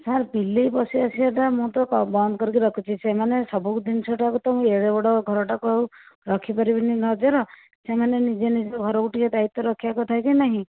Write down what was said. sir ବିଲେଇ ପଶି ଆସିବାଟା ମୁଁ ତ ବନ୍ଦ କରିକି ରଖୁଛି ସେମାନେ ସବୁ ଜିନିଷଟାକୁ ତ ମୁଁ ଏଡ଼େ ବଡ଼ ଘର ଟାକୁ ଆଉ ରଖି ପାରିବିନାହିଁ ନଜର ସେମାନେ ନିଜେ ନିଜ ଘରକୁ ଟିକେ ଦାୟୀତ୍ୱ ରଖିବା କଥା କି ନାହିଁ